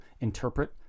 interpret